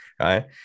right